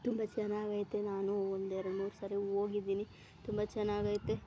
ತುಂಬ ಚನಾಗಿದೆ ನಾನು ಒಂದು ಎರಡ್ಮೂರು ಸರಿ ಹೋಗಿದಿನಿ ತುಂಬ ಚನಾಗಿದೆ